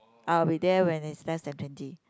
I will be there when it's less than twenty